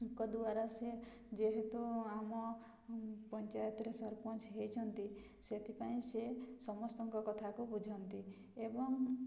ଙ୍କ ଦ୍ୱାରା ସେ ଯେହେତୁ ଆମ ପଞ୍ଚାୟତରେ ସରପଞ୍ଚ ହୋଇଛନ୍ତି ସେଥିପାଇଁ ସେ ସମସ୍ତଙ୍କ କଥାକୁ ବୁଝନ୍ତି ଏବଂ